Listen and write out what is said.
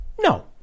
no